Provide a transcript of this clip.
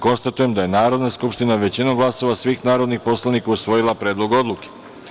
Konstatujem da je Narodna skupština većinom glasova svih narodnih poslanika usvojila Predlog odluke.